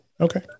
Okay